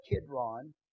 Kidron